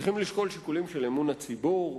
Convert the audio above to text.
צריכים לשקול שיקולים של אמון הציבור,